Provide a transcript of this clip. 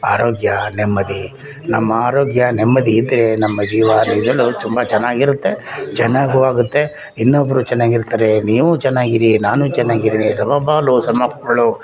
ಆರೋಗ್ಯ ನೆಮ್ಮದಿ ನಮ್ಮ ಆರೋಗ್ಯ ನೆಮ್ಮದಿ ಇದ್ದರೆ ನಮ್ಮ ಜೀವ ನಿಜವಾಗ್ಲೂ ತುಂಬ ಚೆನ್ನಾಗಿರುತ್ತೆ ಚೆನ್ನಾಗೂ ಆಗುತ್ತೆ ಇನ್ನೊಬ್ಬರು ಚೆನ್ನಾಗಿರ್ತಾರೆ ನೀವು ಚೆನ್ನಾಗಿರಿ ನಾನು ಚೆನ್ನಾಗಿರ್ತೀನಿ ಸಮ ಬಾಳು ಸಮ ಪಾಲು